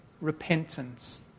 Repentance